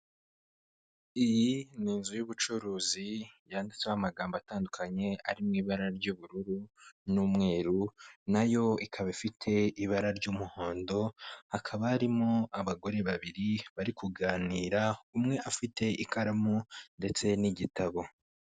Iyi n'inzu y'ubucuruzi yanditseho amagbo atandukanye ari mu ibara ry'ubururu n'umweru nayo ikaba ifite ibara ry'umuhondo, hakaba harimo abagore babiri bari kuganira umwe afite ikaramu ndetse n'igitabo.